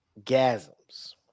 gasms